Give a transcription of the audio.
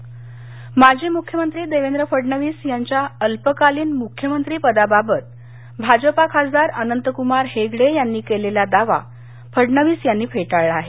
हेगडे माजी मुख्यमंत्री देवेंद्र फडणवीस यांच्या अल्पकालीन मुख्यमंत्री पदाबाबत भाजपा खासदार अनंतक्मार हेगडे यांनी केलेला दावा फडणवीस यांनी फेटाळला आहे